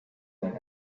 that